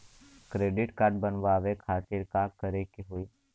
Credit card बनवावे खातिर का करे के होई?